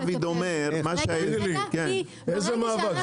איזה מאבק?